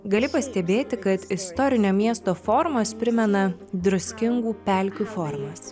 gali pastebėti kad istorinio miesto formos primena druskingų pelkių formas